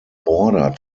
border